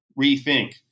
rethink